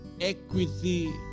equity